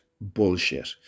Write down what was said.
bullshit